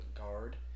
guard